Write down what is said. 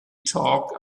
talk